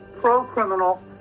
pro-criminal